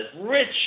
rich